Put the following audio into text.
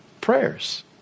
Prayers